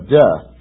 death